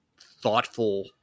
thoughtful